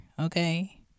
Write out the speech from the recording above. okay